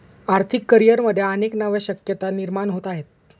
आर्थिक करिअरमध्ये अनेक नव्या शक्यता निर्माण होत आहेत